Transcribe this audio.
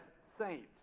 saints